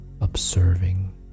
observing